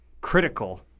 critical